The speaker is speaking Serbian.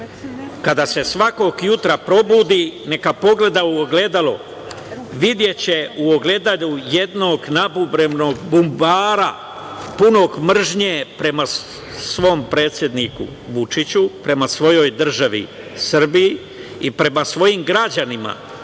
kada se svakog jutra probudi neka pogleda u ogledalo. Videće u ogledalu jednog nabubrelog bumbara, punog mržnje prema svom predsedniku Vučiću, prema svojoj državi Srbiji i prema svojim građanima